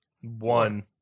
one